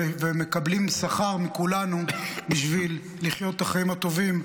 מקבלים שכר מכולנו בשביל לחיות את החיים הטובים,